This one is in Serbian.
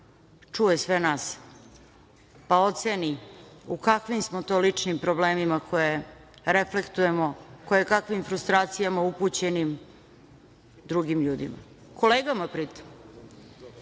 čuje sve nas, pa oceni u kakvim smo to ličnim problemima koje reflektujemo, kojekakvim frustracijama upućenim drugim ljudima, kolegama pritom.U